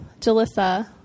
Jalissa